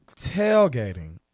Tailgating